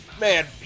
Man